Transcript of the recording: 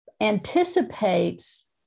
anticipates